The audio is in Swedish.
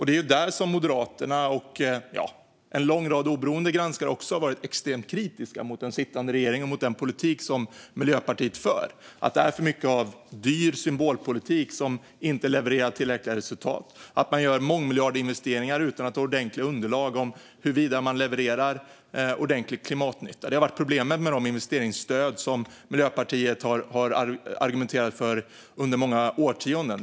Det är där som Moderaterna och en lång rad oberoende granskare har varit extremt kritiska mot den politik som den sittande regeringen - Miljöpartiet - för. Det är för mycket av dyr symbolpolitik som inte levererar tillräckliga resultat. Mångmiljardinvesteringar görs utan ordentliga underlag om de levererar ordentlig klimatnytta. Det har varit problemen med de investeringsstöd som Miljöpartiet har argumenterat för under många årtionden.